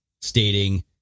stating